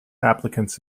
applicants